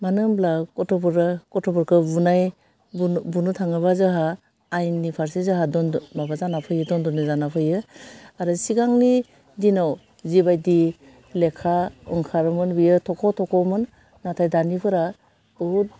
मानो होमब्ला गथ'फोरा गथ'फोरखौ बुनाय बुनो बुनो थाङोबा जोंहा आयेननि फारसे जोंहा दन्द' माबा जाना फैयो दन्द'नि जाना फैयो आरो सिगांनि दिनाव जेबादि लेखा ओंखारोमोन बियो थख' थख'मोन नाथाय दानिफोरा बुहुत